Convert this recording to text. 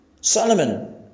Solomon